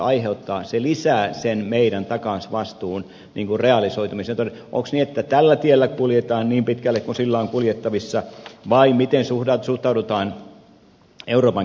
se lisää meidän takausvastuumme realisoitumisen todennäköisyyttä kuljetaan niin pitkälle kuin sillä on kuljettavissa vai miten suhtaudutaan euroopan keskuspankkijärjestelyyn